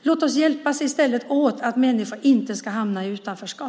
Låt oss i stället hjälpas åt att se till att människor inte hamnar i utanförskap!